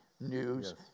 news